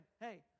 hey